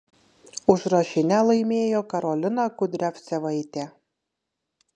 užrašinę laimėjo karolina kudriavcevaitė